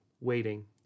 waiting